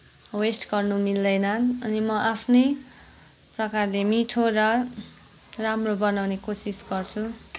West गर्नु मिल्दैन अनि म आफ्नै प्रकारले मिठो र राम्रो बनाउने कोसिस गर्छु